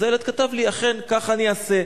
אז הילד כתב לי: אכן, ככה אני אעשה.